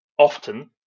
often